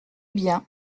bien